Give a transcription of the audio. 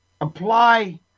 apply